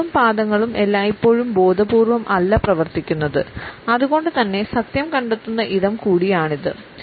കാലുകളും പാദങ്ങളും എല്ലായ്പ്പോഴും ബോധപൂർവ്വം അല്ല പ്രവർത്തിക്കുന്നത് അതുകൊണ്ടുതന്നെ സത്യം കണ്ടെത്തുന്ന ഇടം കൂടിയാണിത്